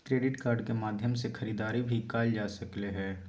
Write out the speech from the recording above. credit card के माध्यम से खरीदारी भी कायल जा सकले हें